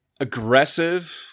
aggressive